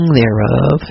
thereof